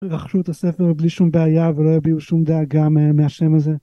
רכשו את הספר בלי שום בעיה ולא הביעו שום דאגה מהשם הזה.